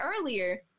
earlier